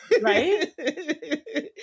Right